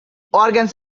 organs